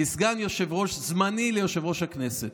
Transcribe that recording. כסגן יושב-ראש זמני ליושב-ראש הכנסת.